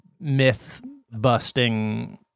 myth-busting